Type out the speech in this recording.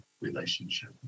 relationship